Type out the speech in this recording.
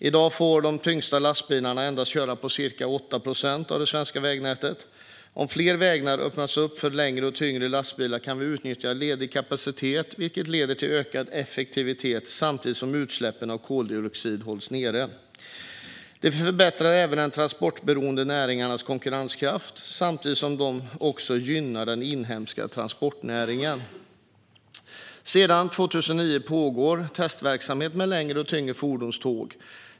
I dag får de tyngsta lastbilarna köras på endast ca 8 procent av det svenska vägnätet. Om fler vägar öppnas upp för längre och tyngre lastbilar kan vi utnyttja ledig kapacitet, vilket leder till ökad effektivitet samtidigt som utsläppen av koldioxid hålls nere. Det förbättrar även de transportberoende näringarnas konkurrenskraft samtidigt som det gynnar den inhemska transportnäringen. Sedan 2009 pågår testverksamhet med längre och tyngre fordonståg.